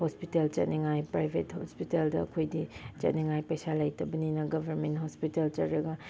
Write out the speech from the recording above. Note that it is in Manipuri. ꯍꯣꯁꯄꯤꯇꯦꯜ ꯆꯠꯅꯤꯡꯉꯥꯏ ꯄ꯭ꯔꯥꯏꯚꯦꯠ ꯍꯣꯁꯄꯤꯇꯦꯜꯗ ꯑꯩꯈꯣꯏꯗꯤ ꯆꯠꯅꯤꯡꯉꯥꯏ ꯄꯩꯁꯥ ꯂꯩꯇꯕꯅꯤꯅ ꯒꯚꯔꯟꯃꯦꯟ ꯍꯣꯁꯄꯤꯇꯦꯜ ꯆꯠꯂꯒ